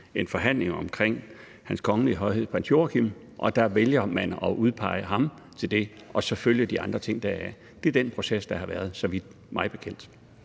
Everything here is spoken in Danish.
en forhandling omkring Hans Kongelige Højhed Prins Joachim, og der vælger man at udpege ham til det og selvfølgelig de andre ting deraf. Det er den proces, der har været mig bekendt.